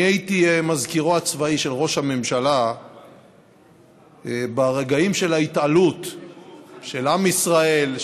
אני הייתי מזכירו הצבאי של ראש הממשלה ברגעים של ההתעלות של עם ישראל,